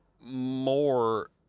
more